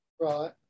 Right